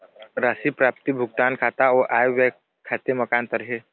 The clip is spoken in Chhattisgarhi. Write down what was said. राशि प्राप्ति भुगतान खाता अऊ आय व्यय खाते म का अंतर हे?